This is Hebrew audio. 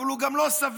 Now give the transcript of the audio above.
אבל הוא גם לא סביר.